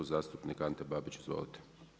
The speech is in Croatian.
Zastupnik Ante Babić, izvolite.